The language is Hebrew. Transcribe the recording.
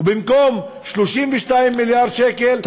ובמקום 32 מיליארד שקל,